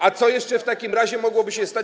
A co jeszcze w takim razie mogłoby się stać?